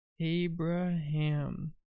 Abraham